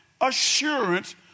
assurance